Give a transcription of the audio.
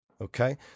Okay